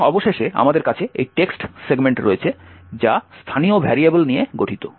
সুতরাং অবশেষে আমাদের কাছে এই টেক্সট সেগমেন্ট রয়েছে যা স্থানীয় ভেরিয়েবল নিয়ে গঠিত